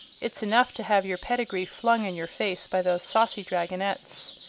it's enough to have your pedigree flung in your face by those saucy dragonettes.